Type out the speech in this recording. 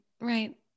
right